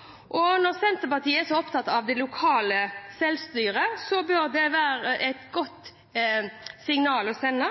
og med involvering i de berørte kommuner. Når Senterpartiet er så opptatt av det lokale selvstyret, bør det være et godt signal å sende.